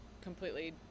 completely